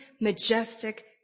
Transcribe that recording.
majestic